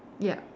ya